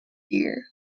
year